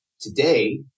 Today